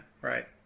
Right